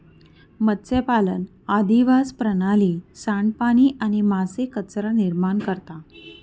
मत्स्यपालन अधिवास प्रणाली, सांडपाणी आणि मासे कचरा निर्माण करता